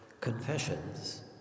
Confessions